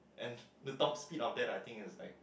and the top speed of that I think is like